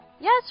Yes